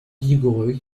vigoureux